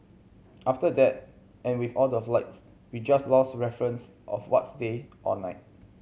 after that and with all the flights we just lost reference of what's day or night